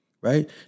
right